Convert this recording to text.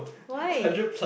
why